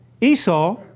Esau